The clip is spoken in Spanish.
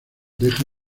deja